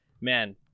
man